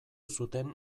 zuten